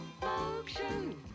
function